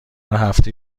هفته